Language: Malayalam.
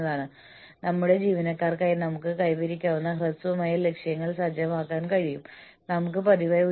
അതിനാൽ ഈ സ്ലൈഡുകൾ ഞാൻ നിങ്ങളുമായി പങ്കിടും പ്ലാന്റ് വൈഡ് പ്ലാനുകൾ നമ്മൾ ചർച്ച ചെയ്തിട്ടില്ലാത്ത ഒന്നാണ്